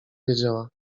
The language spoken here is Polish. wiedziała